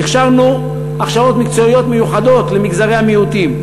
הכשרנו הכשרות מקצועיות מיוחדות למגזרי המיעוטים.